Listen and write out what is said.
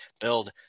build